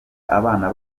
abana